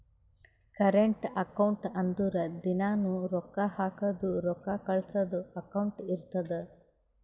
current account ಅಂದುರ್ ದಿನಾನೂ ರೊಕ್ಕಾ ಹಾಕದು ರೊಕ್ಕಾ ಕಳ್ಸದು ಅಕೌಂಟ್ ಇರ್ತುದ್